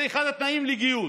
זה אחד התנאים לגיוס.